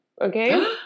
Okay